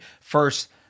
First